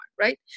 right